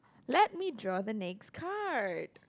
let me draw the next card